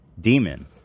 demon